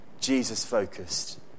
Jesus-focused